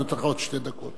אני נותן לך עוד שתי דקות.